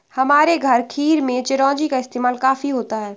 हमारे घर खीर में चिरौंजी का इस्तेमाल काफी होता है